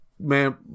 man